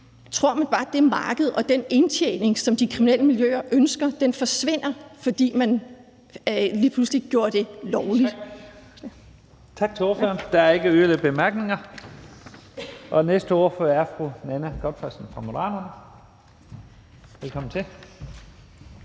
Tror man, at det marked og den indtjening, som de kriminelle miljøer ønsker, bare ville forsvinde, fordi man lige pludselig gjorde det lovligt?